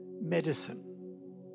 medicine